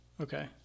okay